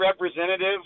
representative